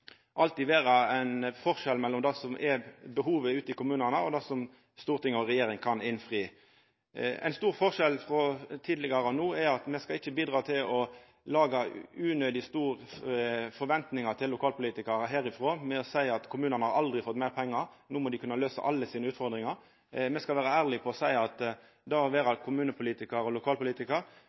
alltid vera ein forskjell mellom det som er behovet ute i kommunane, og det som storting og regjering kan innfri. Ein stor forskjell mellom tidlegare og no er at me ikkje skal bidra til å laga unødig store forventningar til lokalpolitikarar herifrå, ved å seia at kommunane aldri har fått meir pengar, så no må dei kunne løysa alle sine utfordringar. Me skal vera ærlege og seia at det å vera kommunepolitikar og lokalpolitikar